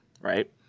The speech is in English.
right